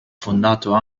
fondato